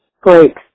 Great